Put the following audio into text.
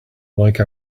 like